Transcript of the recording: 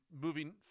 moving